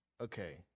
Okay